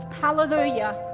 hallelujah